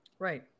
Right